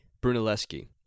brunelleschi